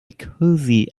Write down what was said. cozy